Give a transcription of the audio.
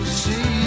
see